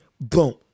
boom